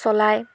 চলাই